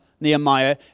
Nehemiah